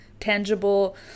tangible